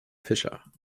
fischer